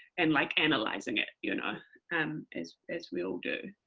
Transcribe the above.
and like analysing it you know and as as we all do.